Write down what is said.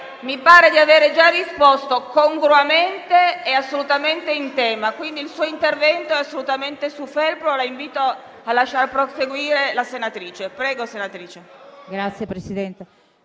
mi pare di avere già risposto congruamente e assolutamente in tema. Quindi il suo intervento è assolutamente superfluo e la invito a lasciar proseguire la senatrice Farolfi. Prego, senatrice. FAROLFI, *relatrice*.